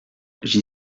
j’y